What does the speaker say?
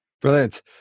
Brilliant